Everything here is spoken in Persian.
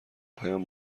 پیام